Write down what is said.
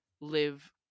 live